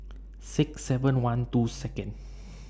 six seven one two Second